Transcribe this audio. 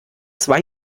zwei